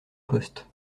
poste